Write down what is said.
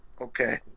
Okay